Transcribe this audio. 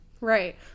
right